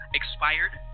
expired